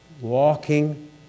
walking